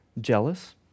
jealous